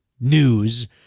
news